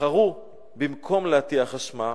בחרו במקום להטיח אשמה,